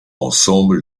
ensemble